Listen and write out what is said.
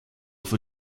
for